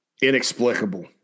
Inexplicable